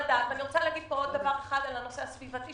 לגבי הנושא הסביבתי,